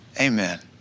Amen